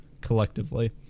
collectively